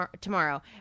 tomorrow